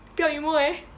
不要 emo eh